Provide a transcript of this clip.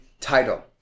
title